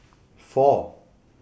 four